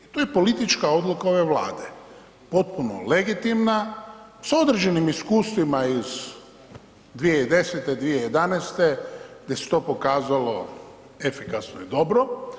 To je politička odluka ove Vlade, potpuno legitimna, sa određenim iskustvima iz 2010., 2011. gdje se to pokazalo efikasno i dobro.